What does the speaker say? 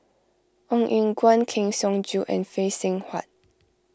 Ong Eng Guan Kang Siong Joo and Phay Seng Whatt